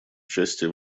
участие